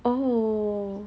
oh